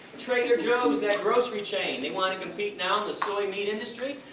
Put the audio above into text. trader joe's, that grocery chain, they want to compete now in the soy meat industry.